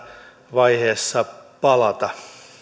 vaiheessa palata